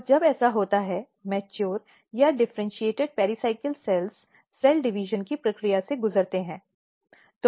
और जब ऐसा होता है परिपक्व या डिफ़र्इन्चीएटिड पेरीसाइकिल कोशिका कोशिका विभाजन की प्रक्रिया से गुजरती हैं